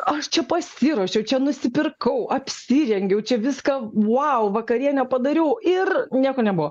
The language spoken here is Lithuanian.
aš čia pasiruošiau čia nusipirkau apsirengiau čia viską vau vakarienę padariau ir nieko nebuvo